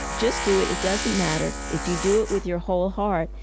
just do it, it doesn't matter if you do it with your whole heart,